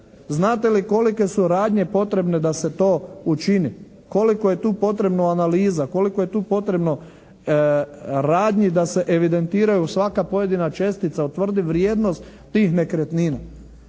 Znate li kolike su radnje potrebne da se to učini? Koliko je tu potrebno analiza? Koliko je tu potrebno radnji da se evidentiraju svaka pojedina čestica? Utvrdi vrijednost tih nekretnina?